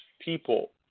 people